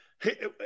Hey